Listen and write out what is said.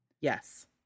yes